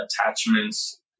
attachments